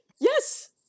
Yes